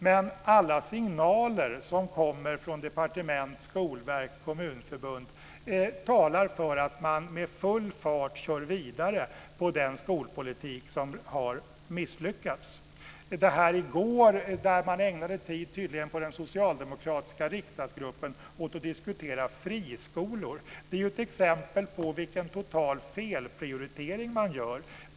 Men alla signaler som kommer från departementen, Skolverket och Kommunförbundet talar för att man med full fart kör vidare med den skolpolitik som har misslyckats. I går ägnade man i den socialdemokratiska riksdagsgruppen tydligen tid åt att diskutera friskolor. Det är ett exempel på vilken total felprioritering man gör.